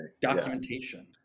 documentation